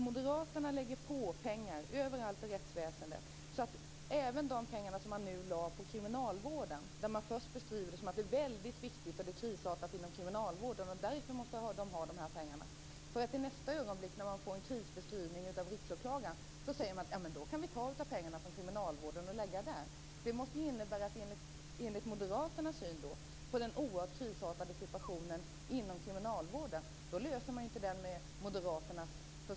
Moderaterna lägger på pengar överallt i rättsväsendet. Först lade man pengar på kriminalvården. Man beskrev det först som att det var väldigt viktigt. Det var krisartat inom kriminalvården. Därför måste de ha dessa pengar. I nästa ögonblick - när man fick en krisbeskrivning av Riksåklagaren - sade man att man kunde ta av pengarna till kriminalvården och lägga på Riksåklagaren. Det måste innebära att moderaternas förslag inte heller löser den oerhört krisartade situation som finns inom kriminalvården.